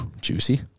juicy